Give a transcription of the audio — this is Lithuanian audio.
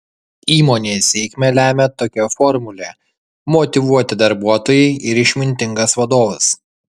įmonės sėkmę lemią tokia formulė motyvuoti darbuotojai ir išmintingas vadovas